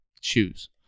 shoes